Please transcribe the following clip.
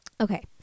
Okay